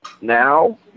now